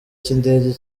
cy’indege